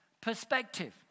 perspective